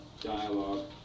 dialogue